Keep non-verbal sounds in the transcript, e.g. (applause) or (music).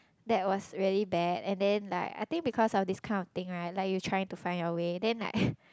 that was really bad and then like I think because of this kind of thing right like you trying to find your way then like (laughs)